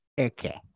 Okay